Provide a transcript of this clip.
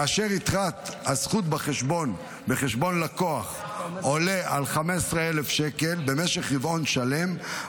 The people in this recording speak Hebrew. כאשר יתרת הזכות בחשבון לקוח עולה על 15,000 שקל במשך רבעון שלם,